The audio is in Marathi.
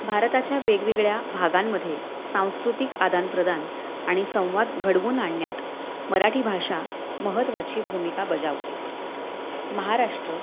भारताच्या वेगवेगळ्या भागांमध्ये सांस्कृतिक आदानप्रदान आणि संवाद घडवून आणण्यात मराठी भाषा महत्त्वाची भूमिका बजावते महाराष्ट्र